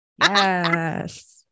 Yes